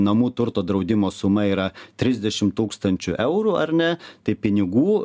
namų turto draudimo suma yra trisdešim tūkstančių eurų ar ne tai pinigų